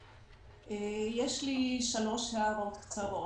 יש לי שלוש הערות קצרות.